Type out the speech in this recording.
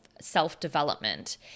self-development